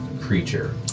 creature